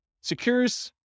secures